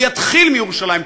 הוא יתחיל מירושלים,